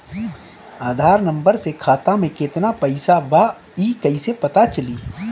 आधार number से खाता में केतना पईसा बा ई क्ईसे पता चलि?